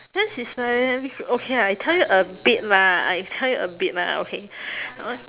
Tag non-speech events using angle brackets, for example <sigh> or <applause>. that's is like okay I tell you a bit lah I tell you a bit lah okay <breath> o~